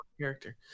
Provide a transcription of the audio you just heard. character